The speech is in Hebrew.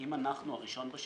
אם אנחנו הראשונים בשרשרת,